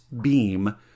beam